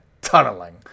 tunneling